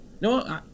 No